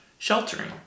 sheltering